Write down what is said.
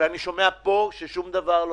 בניגוד למה שהוא התחייב פה, מיכאל.